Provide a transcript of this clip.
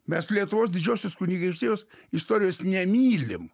mes lietuvos didžiosios kunigaikštijos istorijos nemylim